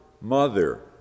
mother